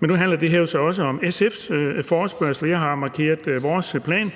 har. Nu handler det her så også om SF's forespørgsel, og jeg har markeret vores plan.